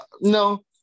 no